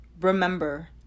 remember